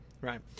right